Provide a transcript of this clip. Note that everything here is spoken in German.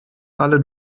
alle